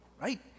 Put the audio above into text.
right